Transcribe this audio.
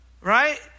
Right